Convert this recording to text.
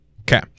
Okay